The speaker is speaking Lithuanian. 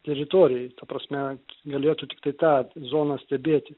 teritorijoj ta prasme galėtų tiktai tą zoną stebėti